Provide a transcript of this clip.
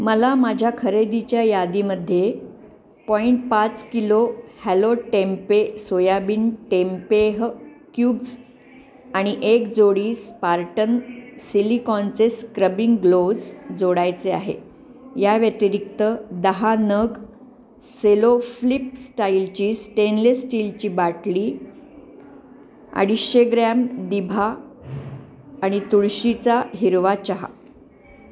मला माझ्या खरेदीच्या यादीमध्ये पॉईंट पाच kilo hello tempe soybean tempeh cubes आणि एक जोडी स्पार्टन सिलिकॉनचे स्क्रबिंग ग्लोज जोडायचे आहे याव्यतिरिक्त दहा नग सेलो फ्लिपस्टाईलची स्टेनलेस स्टीलची बाटली अडीचशे ग्रॅम दिभा आणि तुळशीचा हिरवा चहा